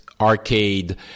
arcade